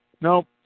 No